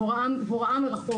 הוראה מרחוק,